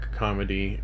comedy